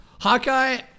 Hawkeye